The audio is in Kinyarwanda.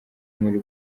muri